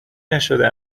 نشده